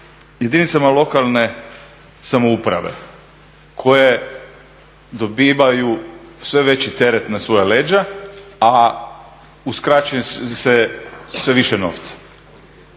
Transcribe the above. jedinicama lokalne samouprave koje dobivaju sve veći teret na svoja leđa, a uskraćuje im se sve više novca.